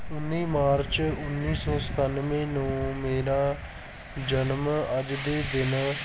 ਉੱਨੀ ਮਾਰਚ ਉੱਨੀ ਸੌ ਸਤਾਨਵੇਂ ਨੂੰ ਮੇਰਾ ਜਨਮ ਅੱਜ ਦੇ ਦਿਨ